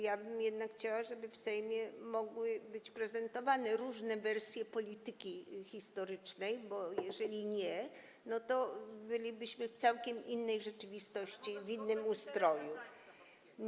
Ja bym jednak chciała, żeby w Sejmie mogły być prezentowane różne wersje polityki historycznej, bo jeżeli nie, to bylibyśmy w całkiem innej rzeczywistości i w innym ustroju.